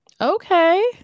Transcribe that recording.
Okay